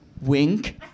Wink